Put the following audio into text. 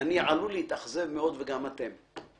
אני עלול להתאכזב מאוד וגם אתם.